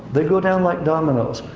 they go down like dominoes.